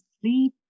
sleep